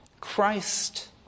Christ